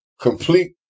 complete